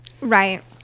right